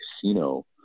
casino